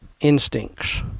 instincts